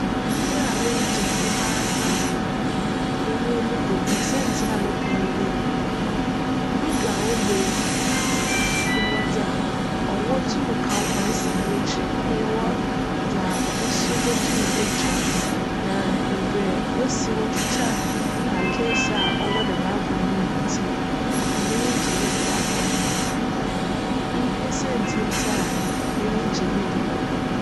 Agor a m'enyi gye ho papaapa nye "ludo" na siantsir a mepj nye dj, "ludo" a wcbc yi, yjwc dza cwc tum ka wo ma esan woekyir nna yjwc dza obi so botum etwa wo. Na mbrj wosi wotwitwa na akansi a cwc djm agor no mu ntsi, cma m'enyi gye "ludo" agor ho papaapa. Iyi nye siantsir ntsi a m'enyi gye "ludo" bc ho.